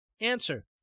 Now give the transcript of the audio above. answer